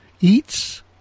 Eats